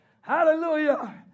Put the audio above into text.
Hallelujah